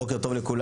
בוקר טוב לכולם,